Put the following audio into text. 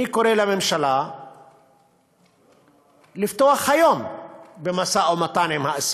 אני קורא לממשלה לפתוח היום במשא-ומתן עם האסירים,